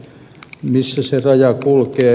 missä se raja kulkee